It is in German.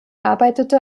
arbeitete